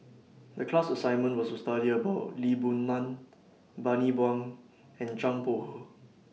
The class assignment was to study about Lee Boon Ngan Bani Buang and Zhang Bohe